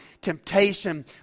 temptation